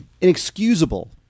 inexcusable